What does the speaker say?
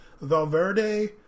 Valverde